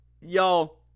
y'all